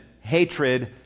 hatred